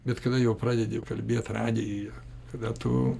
bet kada jau pradedi jau kalbėt radijuje kada tu